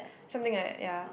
something like that ya